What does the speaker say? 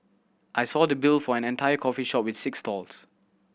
I saw the bill for an entire coffee shop with six stalls